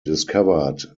discovered